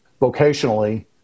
vocationally